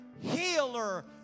Healer